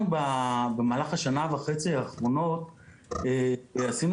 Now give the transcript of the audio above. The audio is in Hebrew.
אנחנו במהלך השנה וחצי האחרונות עשינו